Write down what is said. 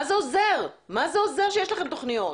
מה זה עוזר שיש לכם תוכניות?